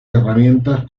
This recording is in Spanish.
herramientas